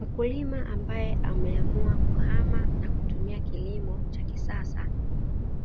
Mkulima ambaye ameamua kuhama na kutumia kilimo cha kisasa